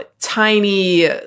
tiny